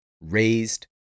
raised